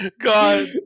God